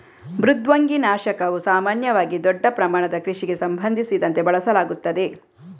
ಮೃದ್ವಂಗಿ ನಾಶಕವು ಸಾಮಾನ್ಯವಾಗಿ ದೊಡ್ಡ ಪ್ರಮಾಣದ ಕೃಷಿಗೆ ಸಂಬಂಧಿಸಿದಂತೆ ಬಳಸಲಾಗುತ್ತದೆ